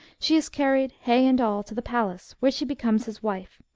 she is carried, hay and all, to the palace, where she becomes his wife,